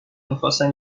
میخواستم